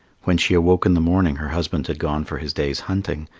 when she awoke in the morning her husband had gone for his day's hunting,